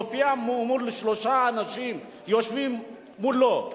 להופיע מול שלושה אנשים שיושבים מולו,